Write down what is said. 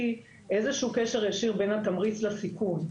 איזה שהוא קשר ישיר בין התמריץ לסיכון.